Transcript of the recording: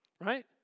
Right